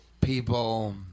People